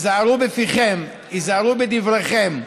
היזהרו בפיכם, היזהרו בדבריכם.